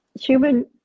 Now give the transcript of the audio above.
Human